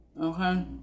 Okay